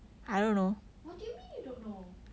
what do you mean you don't know